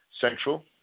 Central